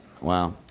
Wow